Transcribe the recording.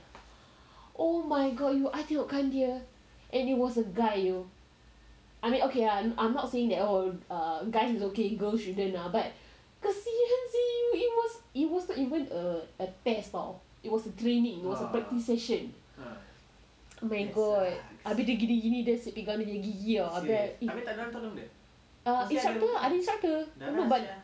oh my god you I tengokkan dia and it was a guy yo I mean okay ah I'm I'm not saying that oh err guys should be okay girl shouldn't lah but seriously it was not even a test it was raining a practice session oh my god habis dia gini-gini dia asyik pegang dia punya gigi [tau] instructor ada instructor no but